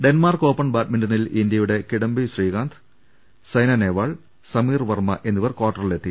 Denmark open ബാഡ്മിൻണിൽ ഇന്ത്യയുടെ കിഡംബി ശ്രീകാന്ത് സൈന നെഹ്വാൾ സമീർ വർമ്മ എന്നിവർ ക്വാർട്ടറിലെ ത്തി